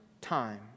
time